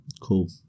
cool